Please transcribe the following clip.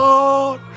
Lord